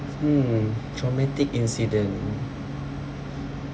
hmm traumatic incident